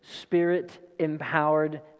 Spirit-empowered